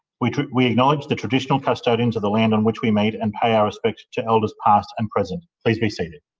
we we acknowledge the traditional custodians of the land on which we meet and pay our respects to elders past and present. please be seated.